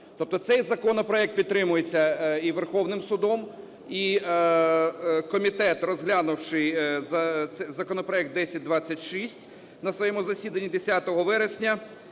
Тобто цей законопроект підтримується і Верховним Судом, і комітет розглянувши законопроект 1026 на своєму засіданні 10 вересня: